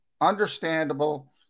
Understandable